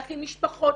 להכין משפחות,